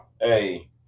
Hey